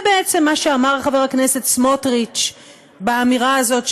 זה בעצם מה שאמר חבר הכנסת סמוטריץ באמירה הזאת,